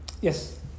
Yes